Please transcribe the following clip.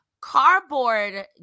cardboard